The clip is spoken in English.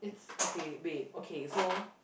okay wait okay so